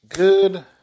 Good